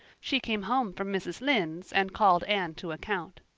she came home from mrs. lynde's and called anne to account.